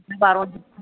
बारन